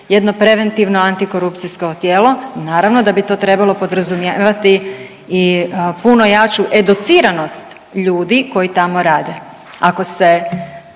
jedno preventivno Antikorupcijsko tijelo, naravno da bi to trebalo podrazumijevati i puno jaču educiranost ljudi koji tamo rade. Ako se